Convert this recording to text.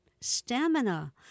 stamina